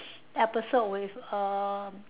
episode with uh